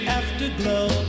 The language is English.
afterglow